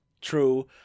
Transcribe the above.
true